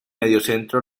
mediocentro